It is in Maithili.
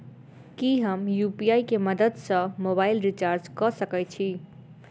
की हम यु.पी.आई केँ मदद सँ मोबाइल रीचार्ज कऽ सकैत छी?